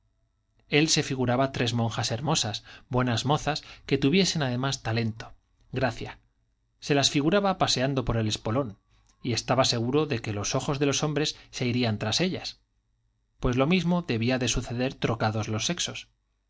él se figuraba tres monjas hermosas buenas mozas que tuviesen además talento gracia se las figuraba paseando por el espolón y estaba seguro de que los ojos de los hombres se irían tras ellas pues lo mismo debía de suceder trocados los sexos